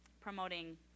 promoting